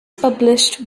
published